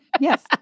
Yes